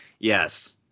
Yes